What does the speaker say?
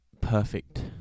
perfect